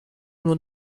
nur